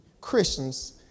Christians